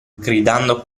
gridando